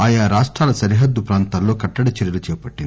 ఆయా రాష్టాల సరిహద్దు ప్రాంతాల్లో కట్టడి చర్యలు చేపట్టింది